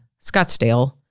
Scottsdale